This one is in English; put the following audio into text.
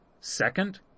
second